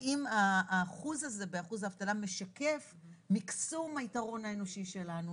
אם האחוז הזה באחוז האבטלה משקף מיקסום היתרון האנושי שלנו.